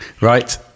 Right